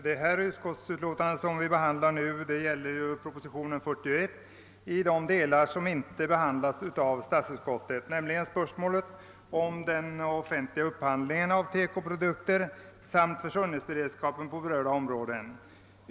Herr talman! Det utskottsutlåtande som vi nu behandlar gäller de delar av Kungl. Maj:ts proposition nr 41 som inte behandlas av statsutskottet, nämligen frågan om den offentliga upphandlingen av TEKO-produkter och försörjningsberedskapen på berörda områden.